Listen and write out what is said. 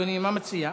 אדוני, מה מציע?